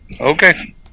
Okay